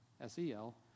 S-E-L